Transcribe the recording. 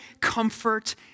comfort